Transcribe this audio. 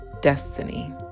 destiny